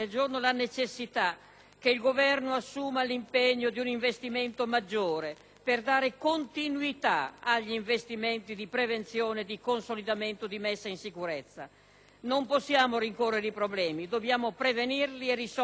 che il Governo assuma l'impegno di deliberare un investimento maggiore, al fine di dare continuità agli investimenti di prevenzione, di consolidamento e di messa in sicurezza. Non possiamo rincorrere i problemi: dobbiamo prevenirli e risolverli meglio.